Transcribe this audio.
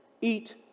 eat